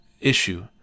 issue